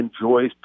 enjoys